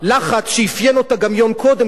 לחץ שאפיין אותה גם יום קודם,